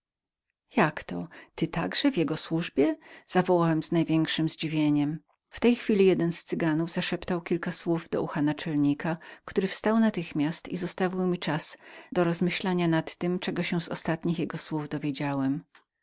jak to ty także w jego służbie zawołałem z największem podziwieniem w tej chwili jeden z cyganów zaszeptał kilka słów do ucha naczelnika który wstał natychmiast i zostawił mi czas do rozmyślania nad tem czego się z ostatnich jego słów dowiedziałem